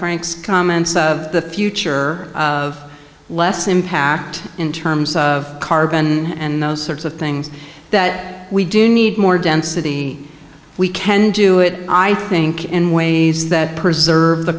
frank's comments of the future of less impact in terms of carbon and those sorts of things that we do need more density we can do it i think in ways that preserve the